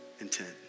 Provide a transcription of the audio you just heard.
intent